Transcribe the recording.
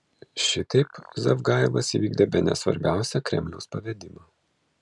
šitaip zavgajevas įvykdė bene svarbiausią kremliaus pavedimą